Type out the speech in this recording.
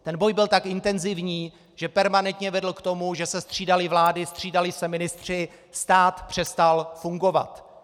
Ten boj byl tak intenzivní, že permanentně vedl k tomu, že se střídaly vlády, střídali se ministři, stát přestal fungovat.